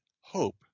hope